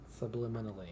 subliminally